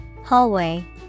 Hallway